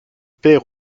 perd